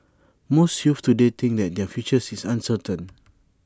most youths today think that their future is uncertain